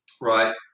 Right